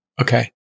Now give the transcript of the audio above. Okay